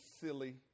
silly